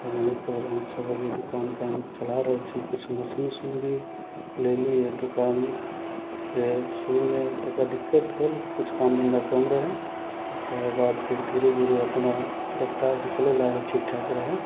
वहीँपर हमसब अभी दोकान ओकान चला रहल छी किछु मशीन उशीन भी लेली हँ तऽ दोकानके शुरूमे तनिटा दिक्कत भेल किछु काम धन्धा कम रहै ओकर बाद फेर धीरे धीरे अपना रफ्तारसँ चलै लागल ठीक ठाक रहै